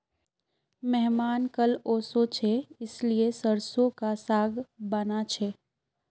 मेहमान कल ओशो छे इसीलिए सरसों का साग बाना छे